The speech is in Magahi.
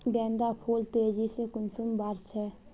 गेंदा फुल तेजी से कुंसम बार से?